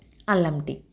అల్లం టీ